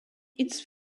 its